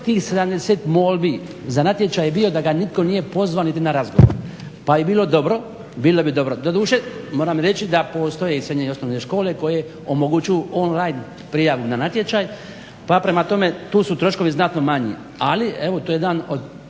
tih 70 molbi za natječaj je bio da ga nitko nije pozvao niti na razgovor. Pa je bilo dobro, bilo bi dobro, doduše, moram reći da postoje i srednje i osnovne škole omogućuju online prijavu na natječaj, pa prema tome tu su troškovi znatno manji. Ali, evo to je jedan od